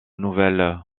nouvel